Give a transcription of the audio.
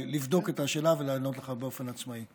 אני מוכן לבדוק את השאלה ולענות לך באופן עצמאי.